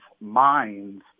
minds